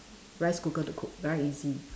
rice cooker to cook very easy